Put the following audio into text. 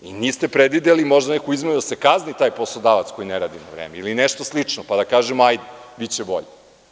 Da niste predvideli možda neku izmenu da se kazni taj poslodavac koji ne radi na vreme, ili nešto slično, pa da kažemo da će biti bolje?